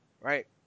Right